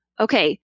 okay